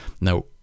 Now